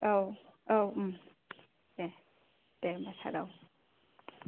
औ औ दे दे होमबा सार औ